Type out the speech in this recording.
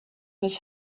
miss